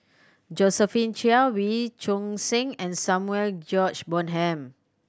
Josephine Chia Wee Choon Seng and Samuel George Bonham